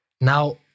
Now